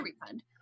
refund